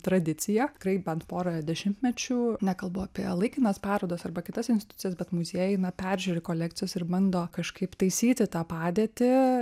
tradicija tikrai bent porą dešimtmečių nekalbu apie laikinas parodas arba kitas institucijas bet muziejai na peržiūri kolekcijas ir bando kažkaip taisyti tą padėtį